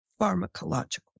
pharmacological